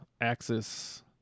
Axis